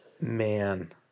Man